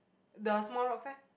the small rocks eh